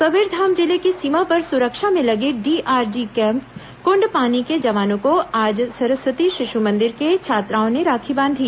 कबीरधाम जिले की सीमा पर सुरक्षा में लगे डीआरजी कैंप कुंडपानी के जवानों को आज सरस्वती शिशु मंदिर के छात्राओं ने राखी बांधी